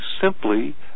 simply